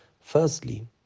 Firstly